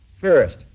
First